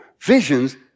visions